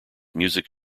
music